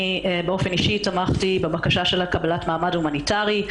אני באופן אישי תמכתי בבקשה שלה לקבלת מעמד הומניטרי.